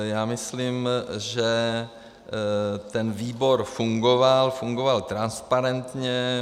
Já myslím, že ten výbor fungoval, fungoval transparentně.